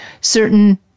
certain